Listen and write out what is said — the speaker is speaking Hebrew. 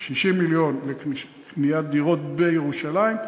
60 מיליון לקניית דירות בירושלים,